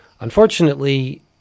unfortunately